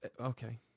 Okay